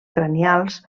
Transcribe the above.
cranials